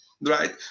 right